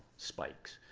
spikes.